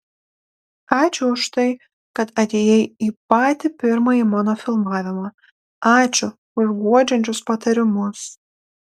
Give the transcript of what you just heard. ačiū už tai kad atėjai į patį pirmąjį mano filmavimą ačiū už guodžiančius patarimus